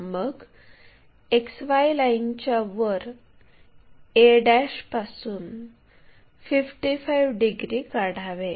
मग XY लाईनच्या वर a पासून 55 डिग्री काढावे